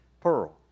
pearl